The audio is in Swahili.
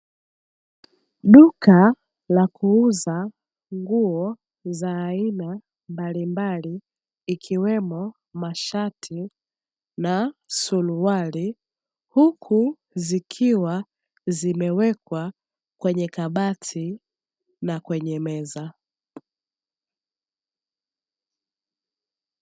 Duka la kuuza nguo za aina mbalimbali ikiwemo mashati na suruali, huku zikiwa zimewekwa kwenye kabati na kwenye meza.